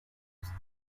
onze